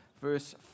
verse